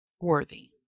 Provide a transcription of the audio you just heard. worthy